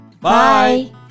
Bye